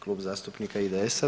Klub zastupnika IDS-a.